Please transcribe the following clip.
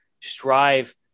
strive